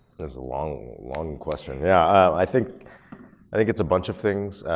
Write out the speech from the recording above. was a long, long question. yeah, i think i think it's a bunch of things.